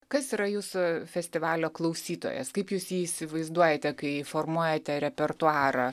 kas yra jūsų festivalio klausytojas kaip jūs jį įsivaizduojate kai formuojate repertuarą